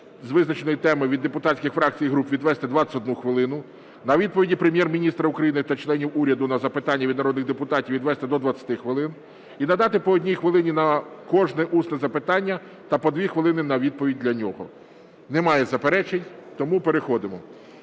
з визначеної теми від депутатських фракцій і груп відвести 21 хвилину, на відповіді Прем'єр-міністра України та членів уряду на запитання від народних депутатів відвести до 20 хвилин, і надати по одній хвилині на кожне усне запитання та по 2 хвилини на відповідь на нього. Нема заперечень, тому переходимо.